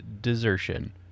Desertion